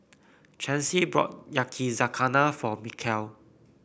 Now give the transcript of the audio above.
Chancy bought Yakizakana for Mikeal